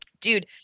Dude